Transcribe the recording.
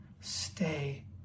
Stay